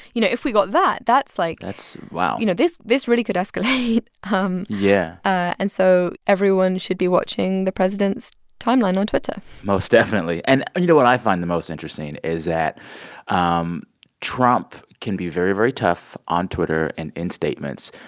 you know, if we've got that, that's, like. that's wow you know, this this really could escalate um yeah and so everyone should be watching the president's timeline on twitter most definitely. and, you know, what i find the most interesting is that um trump can be very, very tough on twitter and in statements,